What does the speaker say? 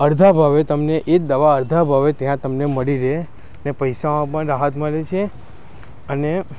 અડધા ભાવે તમને એ જ દવા અડધા ભાવે ત્યાં તમને મળી રહે ને પૈસામાં પણ રાહત મળે છે અને